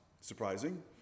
surprising